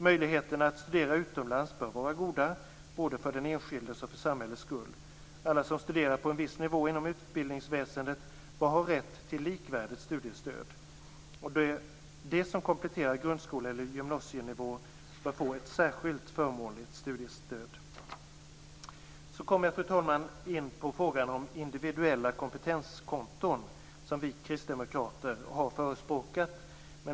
Möjligheterna att studera utomlands bör vara goda, både för den enskildes som för samhällets skull. Alla som studerar på en viss nivå inom utbildningsväsendet bör ha rätt till likvärdigt studiestöd. De som kompletterar på grundskole eller gymnasienivå skall få ett särskilt förmånligt studiestöd. Fru talman! Sedan kommer jag in på frågan om individuella kompetenskonton som vi kristdemokrater har förespråkat.